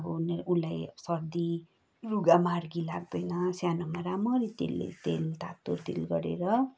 अब उन उसलाई सर्दी रुगा मार्गी लाग्दैन सानोमा राम्ररी तेलले तेल तातो तेल गरेर